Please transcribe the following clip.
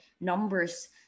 numbers